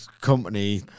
company